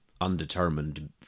undetermined